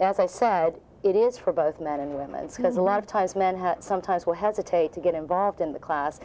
as i said it is for both men and women because a lot of times men sometimes will hesitate to get involved in the class